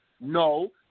No